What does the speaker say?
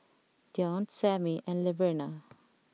Deon Samie and Laverna